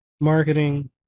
marketing